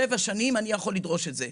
שבע שנים אני יכול לדרוש את זה.